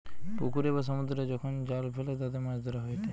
পুকুরে বা সমুদ্রে যখন জাল ফেলে তাতে মাছ ধরা হয়েটে